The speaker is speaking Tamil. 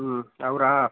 ம் அவரா